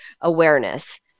awareness